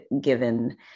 given